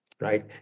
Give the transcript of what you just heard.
right